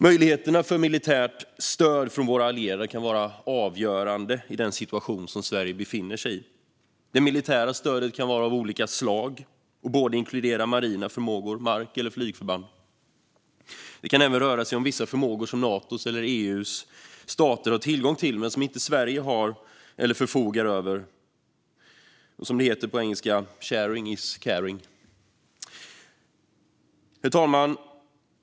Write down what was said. Möjligheterna för att få militärt stöd från våra allierade kan vara avgörande i den situation som Sverige befinner sig i. Det militära stödet kan vara av olika slag och inkludera såväl marina förmågor som mark och flygförband. Det kan även röra sig om vissa förmågor som Natos eller EU:s stater har tillgång till men som inte Sverige har eller förfogar över. Sharing is caring, som man säger på engelska. Herr talman!